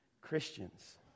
Christians